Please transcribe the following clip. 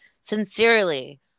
sincerely